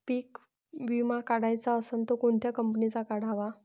पीक विमा काढाचा असन त कोनत्या कंपनीचा काढाव?